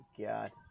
god